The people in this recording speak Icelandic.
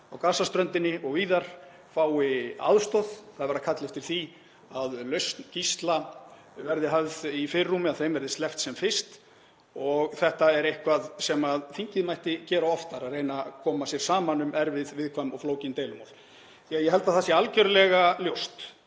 á Gaza-ströndinni og víðar fái aðstoð, kalla eftir því að lausn gísla verði höfð í fyrirrúmi, að þeim verði sleppt sem fyrst. Þetta er eitthvað sem þingið mætti gera oftar, að reyna koma sér saman um erfið, viðkvæm og flókin deilumál, því að ég held að það sé algerlega ljóst